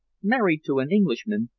married to an englishman,